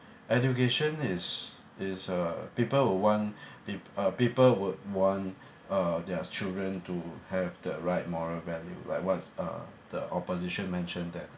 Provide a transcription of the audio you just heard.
education is is uh people would want peop~ people would want uh their children to have the right moral value like what uh the opposition mentioned that